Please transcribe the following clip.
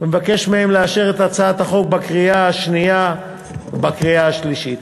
ומבקש מהם לאשר את הצעת החוק בקריאה השנייה ובקריאה השלישית.